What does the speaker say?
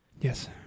Yes